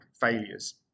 failures